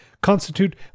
constitute